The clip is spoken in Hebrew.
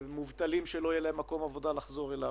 מובטלים שלא יהיה להם מקום לחזור אליו.